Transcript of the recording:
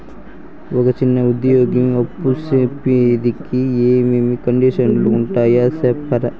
ఒక చిన్న ఉద్యోగి అప్పు పొందేకి ఏమేమి కండిషన్లు ఉంటాయో సెప్తారా?